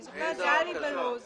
אני זוכרת, זה היה לי בלוח הזמנים.